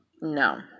No